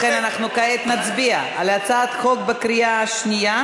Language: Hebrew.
לכן אנחנו כעת נצביע על הצעת החוק בקריאה שנייה.